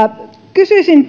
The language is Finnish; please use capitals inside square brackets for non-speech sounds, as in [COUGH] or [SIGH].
kysyisin [UNINTELLIGIBLE]